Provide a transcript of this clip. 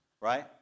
right